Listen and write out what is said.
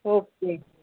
okay